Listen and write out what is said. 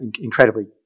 incredibly